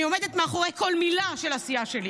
אני עומדת מאחורי כל מילה של הסיעה שלי